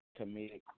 comedic